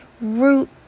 root